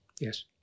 Yes